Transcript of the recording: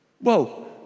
Whoa